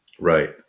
Right